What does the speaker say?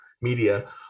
media